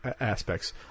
aspects